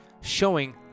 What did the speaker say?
showing